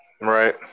Right